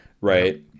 Right